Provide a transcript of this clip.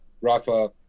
Rafa